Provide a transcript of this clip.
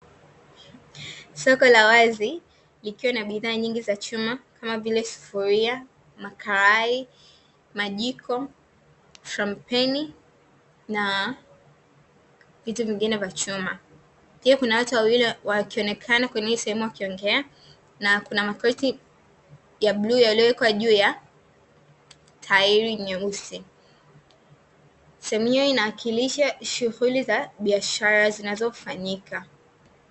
Soko la wazi likiwa na bidhaa nyingi za chuma kama vile: sufuria, makarai, majiko, frampeni na vitu vingine vya chuma, lakini kuna watu wawili wakionekana kwenye hii sehemu wakiongea, na kuna makoti ya bluu yaliyowekwa juu ya tairi nyeusi sehemu hiyo inawakilisha shughuli za biashara zinazofanyika.